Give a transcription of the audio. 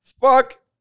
Fuck